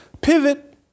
Pivot